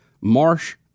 marsh